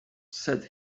said